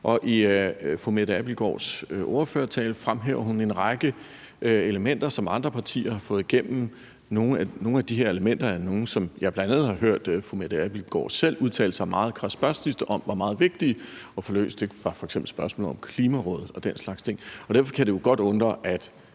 Og i fru Mette Abildgaards ordførertale fremhæver hun en række elementer, som andre partier har fået igennem, og nogle af de her elementer er nogle, som jeg bl.a. har hørt fru Mette Abildgaard selv udtale sig meget kradsbørstigt om var meget vigtige at få løst. Det var f.eks. spørgsmålet om Klimarådet og den slags ting. Derfor kan det jo godt undre, at